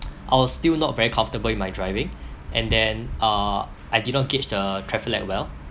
I was still not very comfortable in my driving and then uh I didn't gauge the traffic light well